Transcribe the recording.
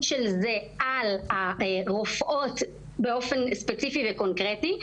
של זה על הרופאות באופן ספציפי וקונקרטי,